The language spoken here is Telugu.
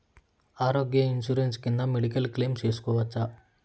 ఆరోగ్య ఇన్సూరెన్సు కింద మెడికల్ క్లెయిమ్ సేసుకోవచ్చా?